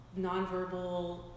nonverbal